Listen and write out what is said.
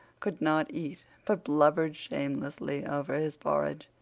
could not eat, but blubbered shamelessly over his porridge.